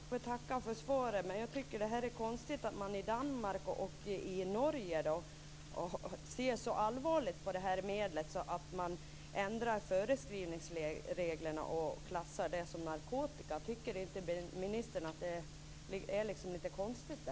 Herr talman! Jag får väl tacka för svaret. Men jag tycker att det är konstigt att man i Danmark och i Norge ser så allvarligt på medlet att man ändrar föreskrivningsreglerna och klassar det som narkotika. Tycker inte ministern att det är lite konstigt?